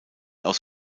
aus